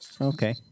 Okay